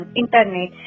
internet